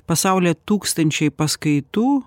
pasaulyje tūkstančiai paskaitų